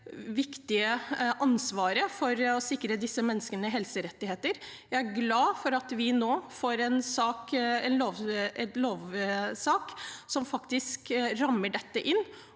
viktige ansvaret for å sikre disse menneskene helserettigheter. Jeg er glad for at vi nå får en lovsak som faktisk rammer dette inn,